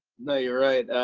no, you're right.